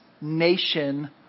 nation